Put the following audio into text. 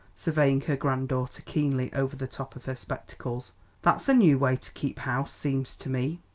surveying her granddaughter keenly over the top of her spectacles that's a new way to keep house, seems to me.